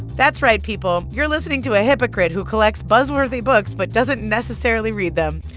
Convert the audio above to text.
that's right, people. you're listening to a hypocrite who collects buzzworthy books but doesn't necessarily read them.